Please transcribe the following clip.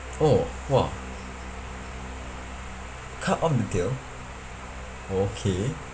oh !wah! cut off the tail okay